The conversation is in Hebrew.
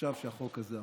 עכשיו שהחוק הזה עבר.